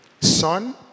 Son